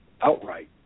outright